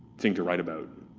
thing to write about.